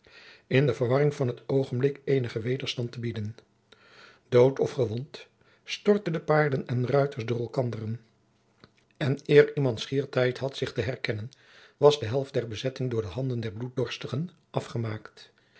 in de verwarring van het oogenblik eenigen wederstand te bieden dood of gewond storteden paarden en ruiters door elkanderen en eer iemand schier tijd had zich te herkennen was de helft der bezetting door de handen der bloeddorstigen afgemaakt